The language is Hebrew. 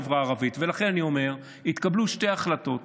ולכן אני אומר, התקבלו שתי החלטות